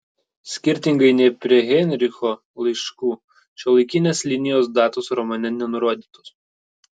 skirtingai nei prie heinricho laiškų šiuolaikinės linijos datos romane nenurodytos